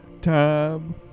time